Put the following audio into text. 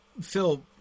Phil